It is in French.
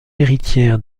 héritière